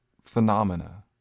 phenomena